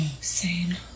Sane